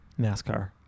NASCAR